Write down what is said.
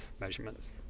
measurements